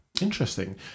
interesting